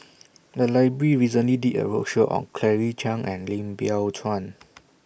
The Library recently did A roadshow on Claire Chiang and Lim Biow Chuan